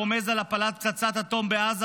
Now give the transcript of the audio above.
הרומז על הפלת פצצת אטום בעזה,